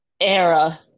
era